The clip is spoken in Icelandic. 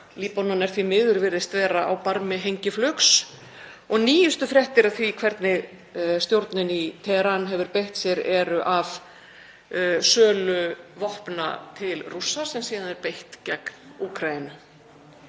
Líbanon virðist því miður vera á barmi hengiflugs. Nýjustu fréttir af því hvernig stjórnin í Teheran hefur beitt sér eru af sölu vopna til Rússa sem síðan er beitt gegn Úkraínu.